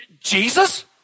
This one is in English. Jesus